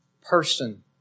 person